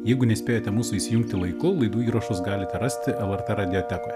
jeigu nespėjote mūsų įsijungti laiku laidų įrašus galite rasti lrt radiotekoj